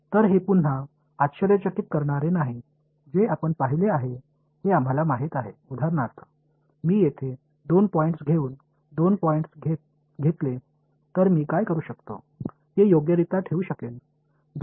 तर हे पुन्हा आश्चर्यचकित करणारे नाही जे आपण पाहिले आहे हे आम्हाला माहित आहे उदाहरणार्थ मी येथे दोन पॉईंट्स घेऊन दोन पॉईंट्स घेतले तर मी काय करू शकतो ते योग्यरित्या ठेवू शकेन